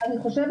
אני חושבת